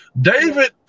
David